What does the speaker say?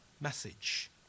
message